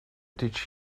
teach